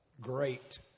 great